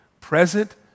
present